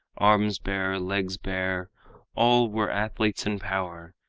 arms bare, legs bare all were athletes in power,